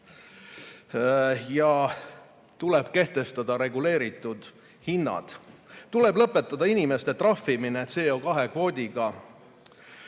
Tuleb kehtestada reguleeritud hinnad. Tuleb lõpetada inimeste trahvimine CO2kvoodiga ja väljuda